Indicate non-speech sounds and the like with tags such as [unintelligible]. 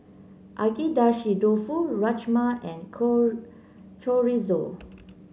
Agedashi Dofu Rajma and [unintelligible] Chorizo